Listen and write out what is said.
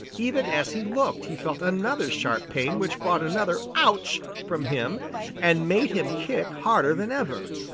even as he looked, he felt another sharp pain which brought another ouch! from him and made him kick harder than ever.